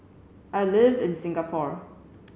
I live in Singapore